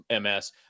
MS